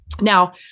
Now